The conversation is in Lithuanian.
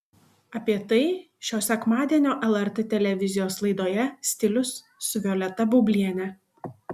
apie tai šio sekmadienio lrt televizijos laidoje stilius su violeta baubliene